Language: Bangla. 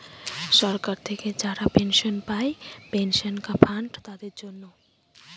সরকার থেকে যারা পেনশন পায় পেনশন ফান্ড তাদের জন্য